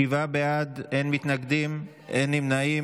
שבעה בעד, אין מתנגדים, אין נמנעים.